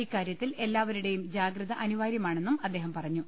ഇക്കാര്യത്തിൽ എല്ലാവരുടെയും ജാഗ്രത അനിവാര്യമാണെന്നും അദ്ദേഹം പറഞ്ഞു